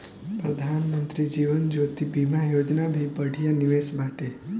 प्रधानमंत्री जीवन ज्योति बीमा योजना भी बढ़िया निवेश बाटे